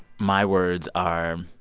my words are,